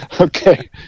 Okay